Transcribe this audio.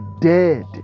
dead